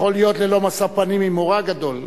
יכול להיות ללא משוא פנים עם מורא גדול.